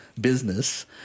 business